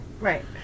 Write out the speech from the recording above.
Right